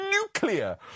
nuclear